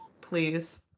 please